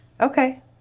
Okay